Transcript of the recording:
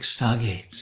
stargates